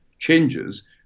changes